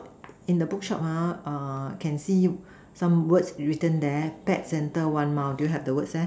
in the bookshop ha err can see some words written there pet center one mile do you have the words there